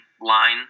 line